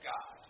God